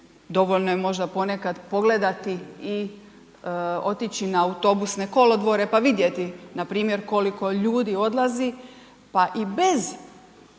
dovoljno je možda ponekad pogledati i otići na autobusne kolodvore pa vidjeti npr. koliko ljudi odlazi, pa i bez